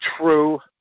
true